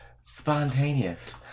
spontaneous